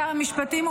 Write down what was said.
שר המשפטים,